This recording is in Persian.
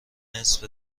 نصف